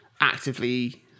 actively